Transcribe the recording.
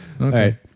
Okay